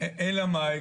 אלא מאי,